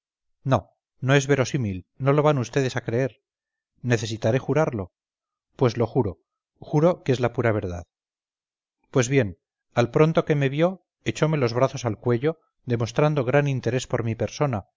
no no es verosímil no lo van ustedes a creer necesitaré jurarlo pues lo juro juro que es la pura verdad pues bien al pronto que me vio echome los brazos al cuello demostrandogran interés por mi persona